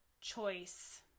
choice